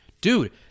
Dude